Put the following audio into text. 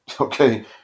Okay